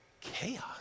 Chaos